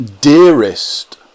dearest